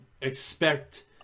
expect